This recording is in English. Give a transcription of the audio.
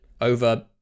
over